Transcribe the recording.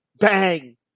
bang